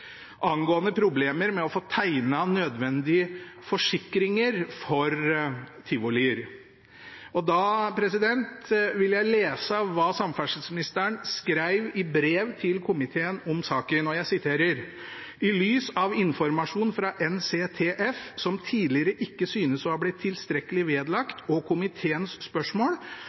angående problemer med å få tegnet nødvendige forsikringer for tivolier. Jeg vil lese hva samferdselsministeren skrev i brev til komiteen om saken: «I lys av informasjonen fra NCTF, som tidligere ikke synes å ha blitt tilstrekkelig vektlagt, og komiteens spørsmål,